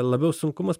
labiau sunkumus